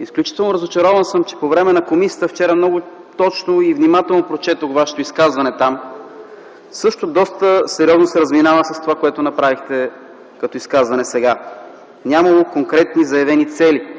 Изключително разочарован съм: по време на заседанието на комисията вчера много точно и внимателно прочетох Вашето изказване там – също доста сериозно се разминава с това, което направихте като изказване сега. Нямало конкретно заявени цели.